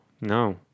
no